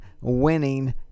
winning